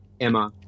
Emma